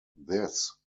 this